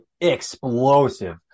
Explosive